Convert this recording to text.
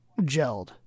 gelled